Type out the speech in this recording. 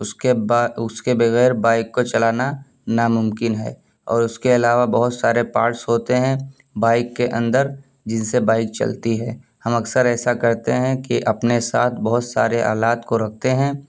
اس کے اس کے بغیر بائک کو چلانا نا ممکن ہے اور اس کے علاوہ بہت سارے پارٹس ہوتے ہیں بائک کے اندر جن سے بائک چلتی ہے ہم اکثر ایسا کرتے ہیں کہ اپنے ساتھ بہت سارے آلات کو رکھتے ہیں